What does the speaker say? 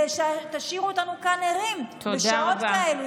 שתשאירו אותנו כאן ערים בשעות כאלה,